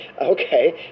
okay